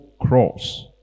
cross